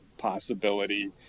possibility